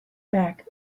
back